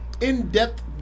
in-depth